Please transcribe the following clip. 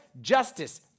justice